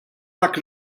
dak